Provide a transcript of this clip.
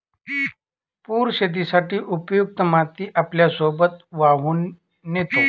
पूर शेतीसाठी उपयुक्त माती आपल्यासोबत वाहून नेतो